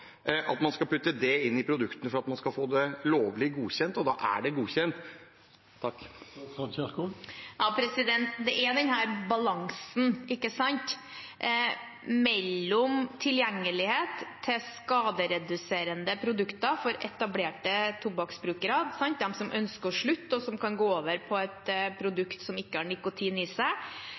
inn i produktene for at man skal få det lovlig godkjent. Det er balansen mellom tilgjengelighet til skadereduserende produkter for etablerte tobakksbrukere – de som ønsker å slutte, og som kan gå over til et produkt som ikke har